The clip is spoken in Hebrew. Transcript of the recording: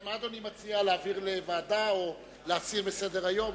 מה אדוני מציע, להעביר לוועדה או להסיר מסדר-היום?